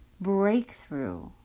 breakthrough